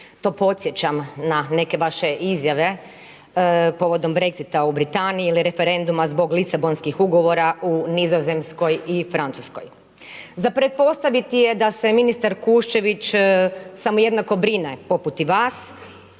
To podsjećam na neke vaše izjave povodom Brexit-a u Britaniji ili referenduma zbog Lisabonskih ugovora u Nizozemskoj i Francuskoj. Za pretpostaviti je da se ministar Kuščević samo jednako brine poput i vas